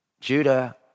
Judah